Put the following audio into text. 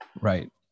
Right